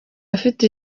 afite